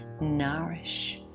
nourish